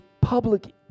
public